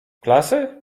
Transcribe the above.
klasy